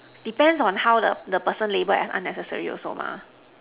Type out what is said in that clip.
depends on how the the person label as unnecessary also mah